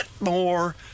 more